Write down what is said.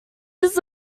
just